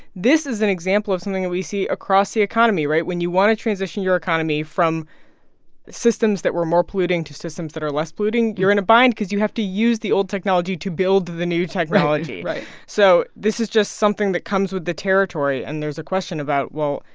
this is an example of something that we see across the economy, right? when you want to transition your economy from the systems that were more polluting to systems that are less polluting, you're in a bind because you have to use the old technology to build the new technology right so this is just something that comes with the territory. and there's a question about, well,